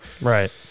right